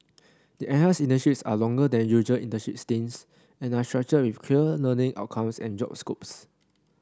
the enhanced internships are longer than usual internship stints and are structured with clear learning outcomes and job scopes